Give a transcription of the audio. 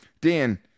Dan